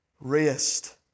rest